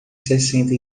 sessenta